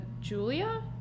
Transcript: Julia